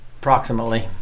approximately